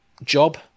job